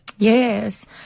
Yes